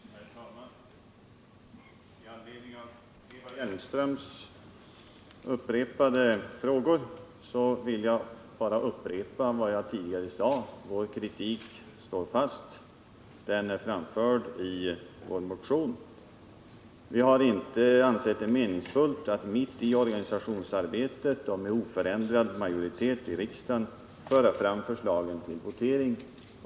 Herr talman! Med anledning av Eva Hjelmströms upprepade frågor vill jag på nytt bara säga att vår kritik står fast. Den är framförd i vår motion. Vi har inte ansett det meningsfullt att mitt i organisationsarbetet och med oförändrad majoritet i riksdagen föra fram förslagen till votering.